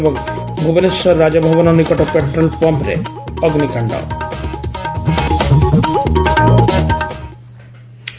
ଏବଂ ଭୁବନେଶ୍ୱର ରାଜଭବନ ନିକଟ ପେଟ୍ରୋଲ୍ ପମ୍ପ୍ରେ ଅଗ୍ନିକାଣ୍